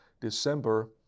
December